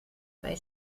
bei